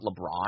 LeBron